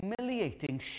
humiliating